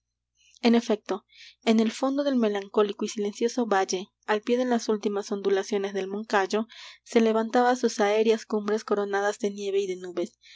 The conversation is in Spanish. en efecto en el fondo del melancólico y silencioso valle al pie de las últimas ondulaciones del moncayo que levantaba sus aéreas cumbres coronadas de nieve y de nubes